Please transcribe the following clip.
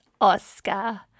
oscar